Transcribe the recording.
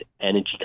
energy